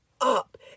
up